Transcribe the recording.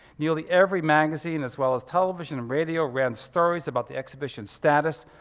nearly every magazine as well as television and radio ran stories about the exhibition's status,